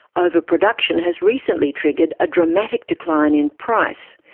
ah overproduction has recently triggered a dramatic decline in price.